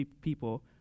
people